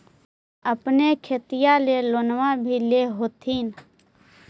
अपने खेतिया ले लोनमा भी ले होत्थिन?